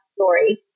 story